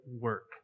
work